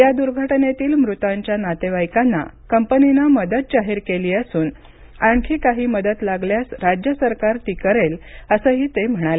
या दूर्घटनेतील मृतांच्या नातेवाईकांना कंपनीनं मदत जाहीर केली असून आणखी काही मदत लागल्यास राज्य सरकार ती करेल असंही ते म्हणाले